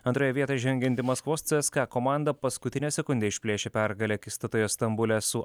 antroje vietoje žengianti maskvos cska komanda paskutinę sekundę išplėšė pergalę akistatoje stambule su